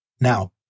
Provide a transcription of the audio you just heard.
Now